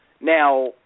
Now